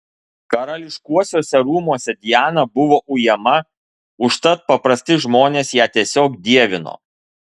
karališkuosiuose rūmuose diana buvo ujama užtat paprasti žmonės ją tiesiog dievino